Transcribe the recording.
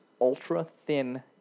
ultra-thin